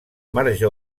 marge